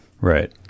Right